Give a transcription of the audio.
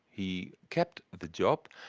he kept the job.